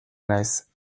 naiz